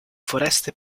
foreste